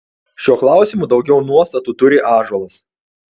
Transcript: šiuo klausimu daugiau nuostatų turi ąžuolas